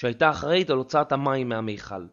שהייתה אחראית על הוצאת המים מהמיכל.